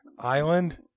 Island